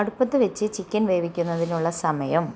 അടുപ്പത്ത് വെച്ച് ചിക്കൻ വേവിക്കുന്നതിനുള്ള സമയം